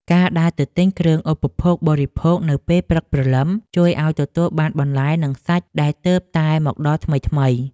ការដើរទៅទិញគ្រឿងឧបភោគបរិភោគនៅពេលព្រឹកព្រលឹមជួយឱ្យទទួលបានបន្លែនិងសាច់ដែលទើបតែមកដល់ថ្មីៗ។